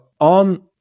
on